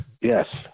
Yes